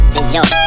enjoy